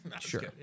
sure